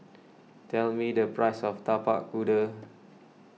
tell me the price of Tapak Kuda